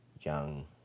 young